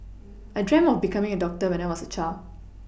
I dreamt of becoming a doctor when I was a child